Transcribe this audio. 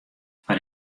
foar